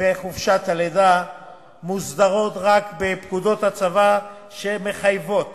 וחופשת לידה מוסדרות רק בפקודות הצבא שמחייבות